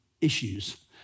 issues